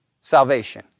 salvation